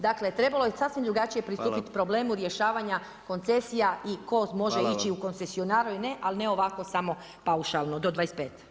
Dakle trebalo je sasvim drugačije pristupiti problemu rješavanja koncesija i tko može ići u koncesionare ili ne ali ne ovako samo paušalno do 25.